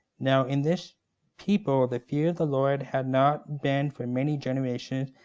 now in this people, the fear of the lord had not been for many generations,